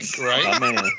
right